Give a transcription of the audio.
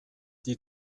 die